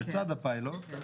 לצד הפיילוט,